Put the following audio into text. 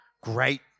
great